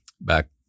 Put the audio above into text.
back